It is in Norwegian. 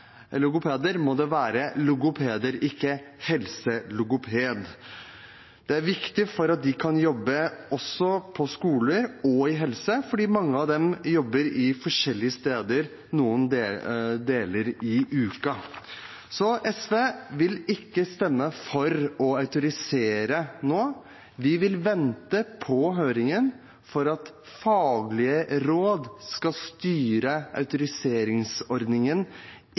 logopeder, må det være logopeder og ikke helselogopeder. Det er viktig for at de kan jobbe i både skole- og helsesektoren, for mange av dem jobber forskjellige steder noen ganger i uka. SV vil ikke stemme for å autorisere nå. Vi vil vente på høringen for at faglige råd skal styre autoriseringsordningen,